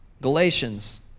Galatians